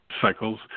cycles